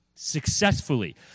successfully